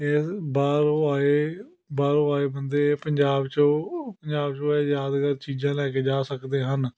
ਇਹ ਬਾਹਰੋਂ ਆਏ ਬਾਹਰੋਂ ਆਏ ਬੰਦੇ ਪੰਜਾਬ 'ਚੋਂ ਪੰਜਾਬ 'ਚੋਂ ਇਹ ਯਾਦਗਾਰ ਚੀਜ਼ਾਂ ਲੈ ਕੇ ਜਾ ਸਕਦੇ ਹਨ